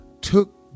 took